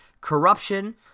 corruption